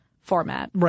format